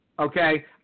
Okay